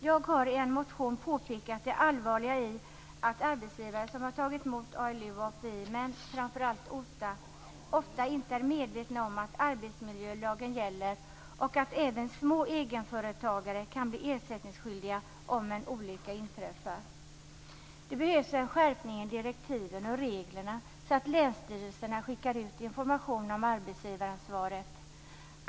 Jag har i en motion påpekat det allvarliga i att arbetsgivare som har tagit emot ALU och API, men framför allt OTA, ofta inte är medvetna om att arbetsmiljölagen gäller och att även små egenföretagare kan bli ersättningsskyldiga om en olycka inträffar. Det behövs en skärpning i direktiven och reglerna så att länsstyrelserna skickar ut information om arbetsgivaransvaret.